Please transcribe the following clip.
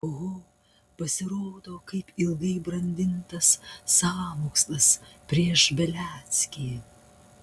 oho pasirodo kaip ilgai brandintas sąmokslas prieš beliackį